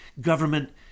government